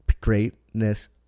greatness